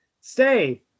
Stay